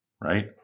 Right